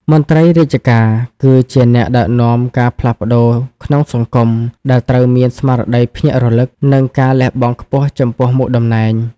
មន្ត្រីរាជការគឺជាអ្នកដឹកនាំការផ្លាស់ប្តូរក្នុងសង្គម ដែលត្រូវមានស្មារតីភ្ញាក់រលឹក និងការលះបង់ខ្ពស់ចំពោះមុខតំណែង។